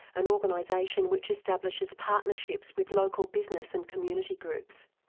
an organisation which establishes partnerships with local business and community groups.